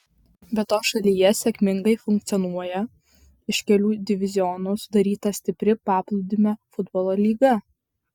be to šalyje sėkmingai funkcionuoja iš kelių divizionų sudaryta stipri paplūdimio futbolo lyga